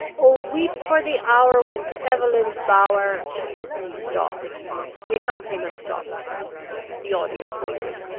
oh, weep for the hour when to eveleen's bower he stopped the accompaniment stopped the audience waited.